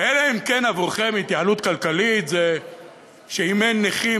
אלא אם כן עבורכם התייעלות כלכלית זה שאם אין נכים,